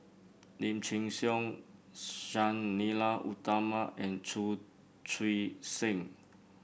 Lim Chin Siong Sang Nila Utama and Chu Chee Seng